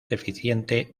deficiente